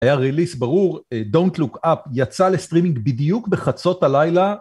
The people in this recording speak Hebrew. היה ריליסט ברור, don't look up, יצא לסטרימינג בדיוק בחצות הלילה.